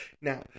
Now